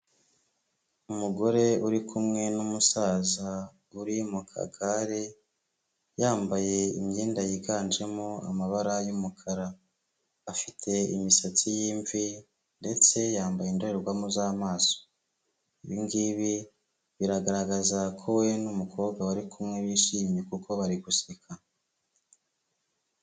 Umugore uri kumwe n'umusaza uri mu kagare yambaye imyenda yiganjemo amabara y'umukara, afite imisatsi y'imvi ndetse yambaye indorerwamo z'amaso, ibi ngibi biragaragaza ko we n'umukobwa bari kumwe bishimye kuko bari guseka.